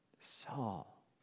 Saul